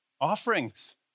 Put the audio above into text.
Offerings